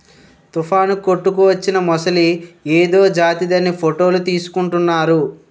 తుఫానుకు కొట్టుకువచ్చిన మొసలి ఏదో జాతిదని ఫోటోలు తీసుకుంటున్నారు